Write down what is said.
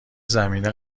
زمینه